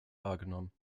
wahrgenommen